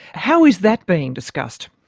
how is that being discussed?